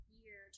year